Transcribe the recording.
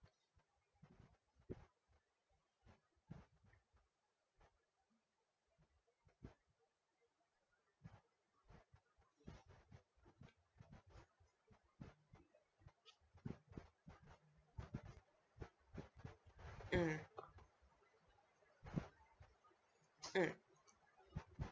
mm mm